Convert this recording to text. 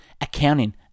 Accounting